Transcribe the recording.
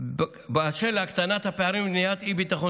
באשר להקטנת הפערים ומניעת אי-ביטחון